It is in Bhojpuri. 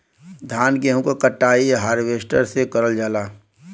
धान गेहूं क कटाई हारवेस्टर से करल जाला